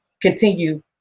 Continue